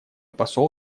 посол